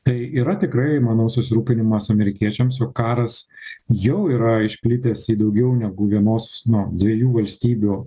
tai yra tikrai manau susirūpinimas amerikiečiams jog karas jau yra išplitęs į daugiau negu vienos nu dviejų valstybių